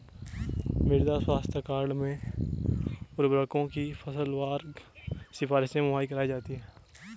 मृदा स्वास्थ्य कार्ड में उर्वरकों की फसलवार सिफारिशें मुहैया कराई जाती है